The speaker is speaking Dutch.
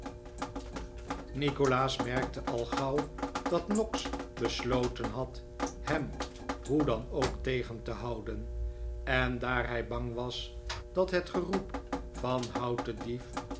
nikolaas merkte al gauw dat noggs besloten had hem hoe dan ook tegen te houden en daar hij bang was dat het geroep van houdt den dief